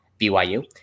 BYU